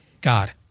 God